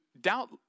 doubt